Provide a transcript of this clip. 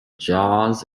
jaws